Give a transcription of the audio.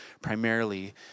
primarily